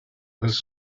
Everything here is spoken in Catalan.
pels